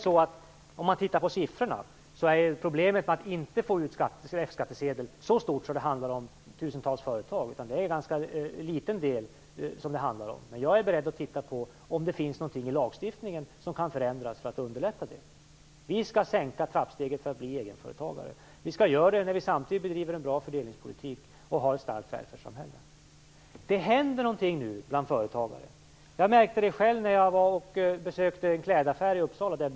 Låt oss titta på siffrorna. Problemet att inte få ut en F-skattsedel är inte så stort att det handlar om tusentals företag. Det är en ganska liten del det handlar om. Jag är beredd att titta på om det finns någonting i lagstiftningen som kan förändras för att underlätta. Vi skall sänka trappsteget för att bli egenföretagare. Vi skall göra det samtidigt som vi bedriver en bra fördelningspolitik och har ett starkt välfärdssamhälle. Det händer någonting nu bland företagare. Jag märkte det själv när jag besökte en klädaffär i Uppsala.